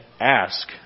ask